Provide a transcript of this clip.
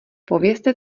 povězte